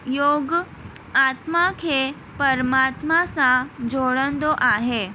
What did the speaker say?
योग आत्मा खे परमात्मा सां जोड़िंदो आहे